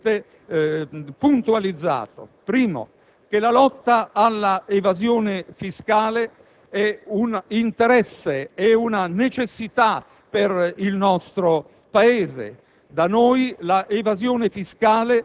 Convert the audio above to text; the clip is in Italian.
Abbiamo puntualizzato, in primo luogo, che la lotta all'evasione fiscale è un interesse e una necessità per il nostro Paese.